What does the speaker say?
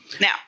Now